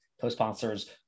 co-sponsors